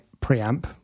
preamp